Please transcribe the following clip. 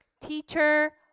Teacher